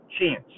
chance